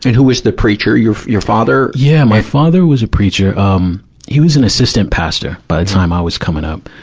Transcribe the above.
and who was the preacher, your, your father glenn yeah, my father was a preacher. um he was an assistant pastor, by the time i was coming up.